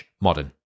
modern